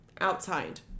outside